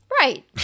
Right